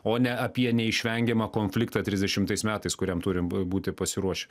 o ne apie neišvengiamą konfliktą trisdešimtais metais kuriam turim b būti pasiruošę